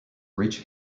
rich